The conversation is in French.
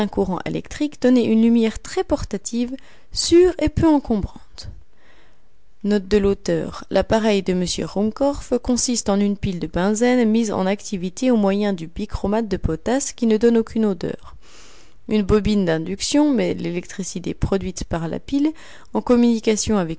électrique donnaient une lumière très portative sûre et peu encombrante l'appareil de m ruhnmkorff consiste en une pile de bunzen mise en activité au moyen du bichromate de potasse qui ne donne aucune odeur une bobine d'induction met l'électricité produite par la pile en communication